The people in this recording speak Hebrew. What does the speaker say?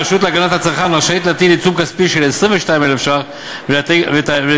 הרשות להגנת הצרכן רשאית להטיל עיצום כספי של 22,000 ש"ח על תאגיד